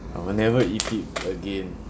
I will never eat it again